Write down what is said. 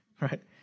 Right